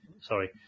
Sorry